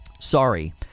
Sorry